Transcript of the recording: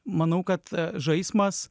manau kad žaismas